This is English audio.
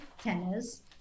tennis